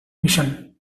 mission